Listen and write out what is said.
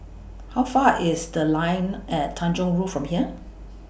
How Far IS The Line At Tanjong Rhu from here